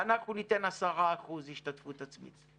אנחנו ניתן 10% השתתפות עצמית,